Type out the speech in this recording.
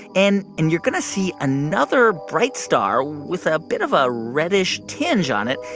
and and you're going to see another bright star with a bit of a reddish tinge on it.